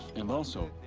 and also,